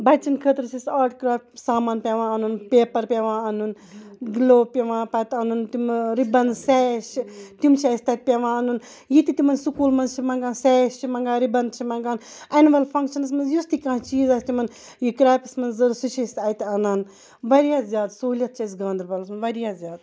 بَچَن خٲطرٕ چھِ أسۍ آٹ کرافٹ سامان پیٚوان اَنُن پیپَر پیٚوان اَنُن گِلو پیٚوان پَتہٕ اَنُن تِم رِبَنز سیش تِم چھِ اَسہِ تَتہِ پیٚوان اَنُن یہِ تہِ تِمَن سُکول مَنٛز چھِ مَنٛگان سیش چھِ مَنٛگان رِبَن چھِ مَنٛگان اینوَل فَنٛکشَنَس مَنٛز یُس تہِ کانٛہہ چیٖز آسہِ تِمَن یہِ کریپَس مَنٛز ضوٚرَتھ سُہ چھُ أسۍ اَتہِ اَنان واریاہ زیاد سُہولِیَت چھِ اَسہِ گاندَربَلَس مَنٛز واریاہ زیاد